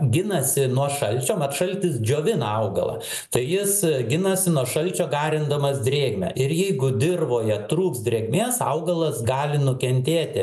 ginasi nuo šalčio mat šaltis džiovina augalą tai jis ginasi nuo šalčio garindamas drėgmę ir jeigu dirvoje trūks drėgmės augalas gali nukentėti